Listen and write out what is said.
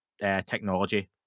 technology